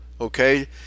okay